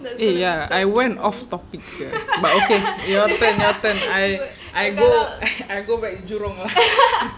eh ya I want off topic sia but okay your turn your turn I I go I go back jurong lah